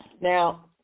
Now